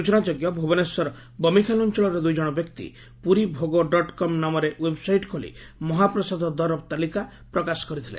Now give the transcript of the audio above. ସୂଚନାଯୋଗ୍ୟ ଭୁବନେଶ୍ୱର ବମିଖାଲ ଅଞ୍ଚଳର ଦୁଇଜଣ ବ୍ୟକ୍ତି 'ପୁରୀ ଭୋଗ ଡଟ୍ କମ୍' ନାମରେ ଓ୍ୱେବ୍ସାଇଟ୍ ଖୋଲି ମହାପ୍ରସାଦ ଦର ତାଲିକା ପ୍ରକାଶ କରିଥିଲେ